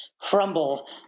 crumble